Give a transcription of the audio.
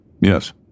Yes